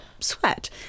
sweat